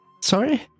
sorry